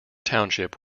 township